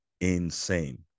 insane